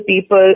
people